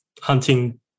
hunting